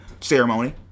ceremony